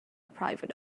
private